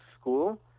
school